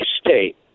state